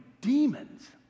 demons